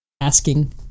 asking